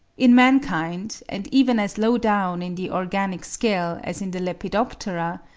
in mankind, and even as low down in the organic scale as in the lepidoptera,